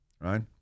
right